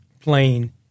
plane